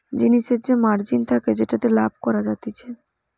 জিনিসের যে মার্জিন থাকে যেটাতে লাভ করা যাতিছে